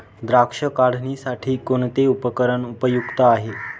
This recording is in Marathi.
द्राक्ष काढणीसाठी कोणते उपकरण उपयुक्त आहे?